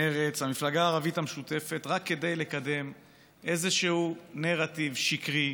מרצ והמפלגה הערבית המשותפת רק כדי לקדם איזשהו נרטיב שקרי,